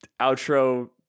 outro